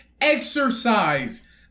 exercise